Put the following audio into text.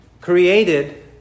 created